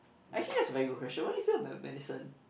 actually that's very good question what do you feel of med~ medicine